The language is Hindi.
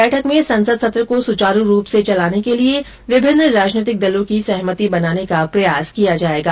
बैठक में संसद सत्र को सुचारू रूप से चलाने के लिए विभिन्न राजनैतिक दलों की सहमति बनाने का प्रयास किया जाएगा